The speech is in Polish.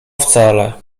wcale